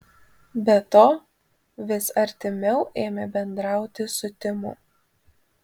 be to vis artimiau ėmė bendrauti su timu